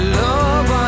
love